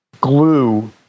glue